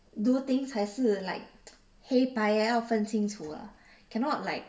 do things 还是 like 黑白要分清楚 lah cannot like